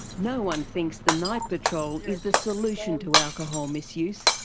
no one thinks the night patrol is the solution to alcohol misuse,